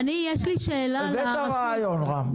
הבאת רעיון, רם.